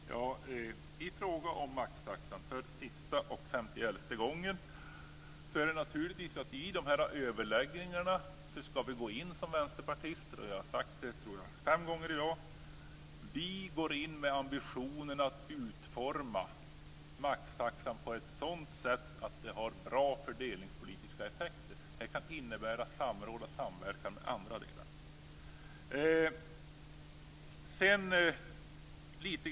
Fru talman! I fråga som maxtaxan - för sista och femtioelfte gången - skall vi som vänsterpartister gå in i överläggningarna, vilket jag tror att jag har sagt fem gånger i dag, med ambitionen att utforma maxtaxan på ett sådant sätt att det har bra fördelningspolitiska effekter. Det kan innebära samråd och samverkan med andra delar.